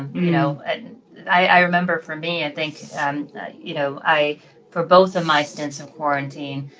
you know? and i remember, for me, i think um you know, i for both of my stints in quarantine,